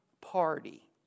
party